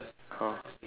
!huh!